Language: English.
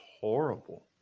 horrible